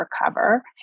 recover